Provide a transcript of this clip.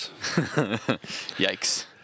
Yikes